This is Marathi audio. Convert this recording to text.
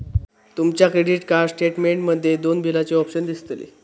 तुमच्या क्रेडीट कार्ड स्टेटमेंट मध्ये दोन बिलाचे ऑप्शन दिसतले